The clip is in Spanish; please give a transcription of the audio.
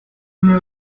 una